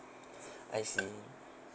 I see